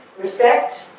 Respect